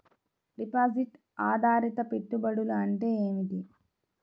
Deposit ఆధారిత పెట్టుబడులు అంటే ఏమిటి?